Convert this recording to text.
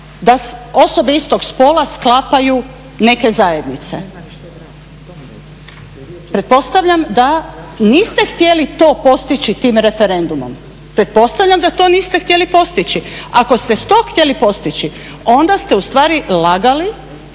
da osobe istog spola sklapaju neke zajednice? Pretpostavljam da niste htjeli to postići tim referendumom. Pretpostavljam da to niste htjeli postići. Ako ste to htjeli postići onda se ustvari lagali